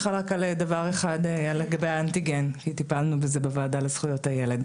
ולהבין איך ומי מטפל ומי אחראי כדי שהם לא יהיו ילדים חורגים,